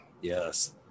yes